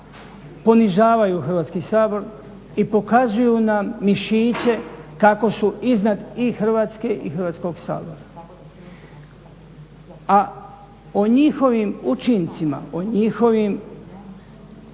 ponižavaju Hrvatski sabor i pokazuju nam mišiće kako su iznad i Hrvatske i Hrvatskog sabora, a o njihovim učincima o njihovom načinu